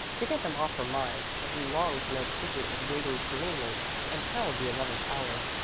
to get them off her mind, and who longed to know the secret of waiting serenely until the eleventh hour.